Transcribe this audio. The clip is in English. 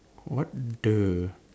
what the